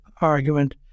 argument